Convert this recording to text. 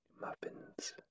muffins